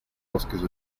bosques